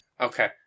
Okay